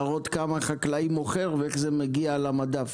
להראות כמה חקלאי מוכר ואיך זה מגיע למדף.